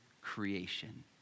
creation